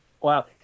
Wow